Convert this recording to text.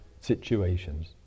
situations